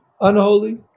unholy